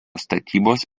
statybos